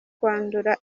kwandura